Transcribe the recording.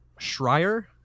Schreier